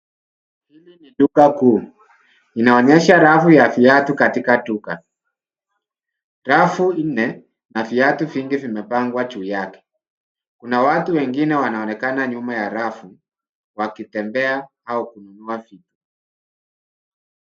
Hili ni duka kuu. Inaonyesha rafu ya viatu katika duka. Rafu nne na viatu vingi vimepangwa juu yake. Kuna watu wengine wanaonekana nyuma ya rafu, wakitembea au kununua vitu.